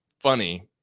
Funny